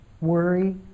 Worry